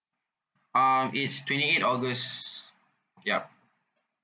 um it's twenty eight august ya